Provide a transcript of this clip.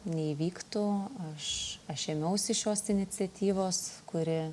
neįvyktų aš aš ėmiausi šios iniciatyvos kuri